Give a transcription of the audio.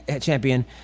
champion